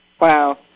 Wow